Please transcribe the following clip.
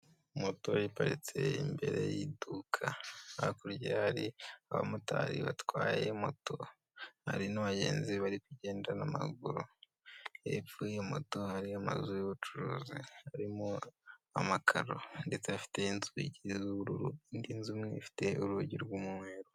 Moto iparitse imbere y'iduka, hakurya hari abamotari batwaye moto, hari n'abagenzi bari kugenda n'amaguru, hepfo yiyo moto hari amazu y'ubucuruzi, harimo amakaro ndetse afite inzugi z'ubururu indi nzu imwe ifite urugi rw'umweru.